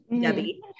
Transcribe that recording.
Debbie